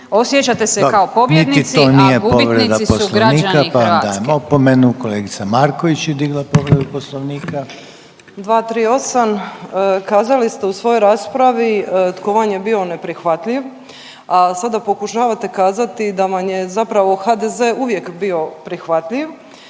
povredu Poslovnika. **Marković, Ivana (SDP)** 238., kazali ste u svojoj raspravi tko vam je bio neprihvatljiv, a sada pokušavate kazati da vam je zapravo HDZ uvijek bio prihvatljiv,